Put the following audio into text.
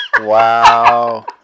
Wow